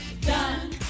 done